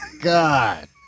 God